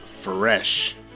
Fresh